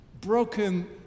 broken